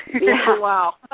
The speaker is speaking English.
Wow